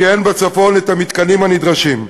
כי אין בצפון המתקנים שנדרשים.